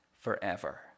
forever